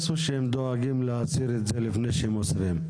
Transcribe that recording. או שהם דואגים להסיר את זה לפני שהם עוזבים?